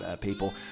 people